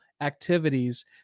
activities